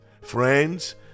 Friends